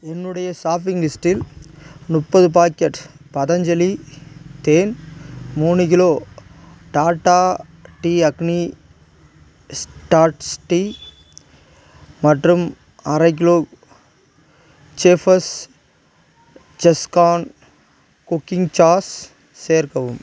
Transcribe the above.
என்னுடைய சாப்பிங் லிஸ்டில் முப்பது பாக்கெட்ஸ் பதஞ்சலி தேன் மூணு கிலோ டாடா டீ அக்னி ஸ்டாட் டீ மற்றும் அரைக் கிலோ செஃப் பஸ் செஸ்கான் குக்கிங் சாஸ் சேர்க்கவும்